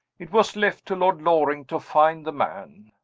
it was left to lord loring to find the man.